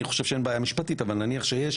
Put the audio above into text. ואני לא יודע אם יש בעיה משפטית אבל נניח שיש,